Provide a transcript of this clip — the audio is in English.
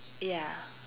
ya